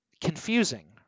confusing